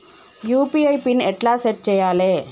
UPI PIN ఎట్లా set చేయాలే?